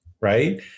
right